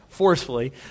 forcefully